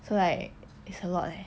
so like it's a lot eh